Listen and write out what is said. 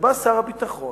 שבא שר הביטחון,